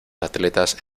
atletas